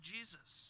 Jesus